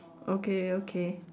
okay okay